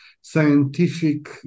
scientific